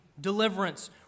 deliverance